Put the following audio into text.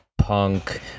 Punk